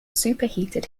superheated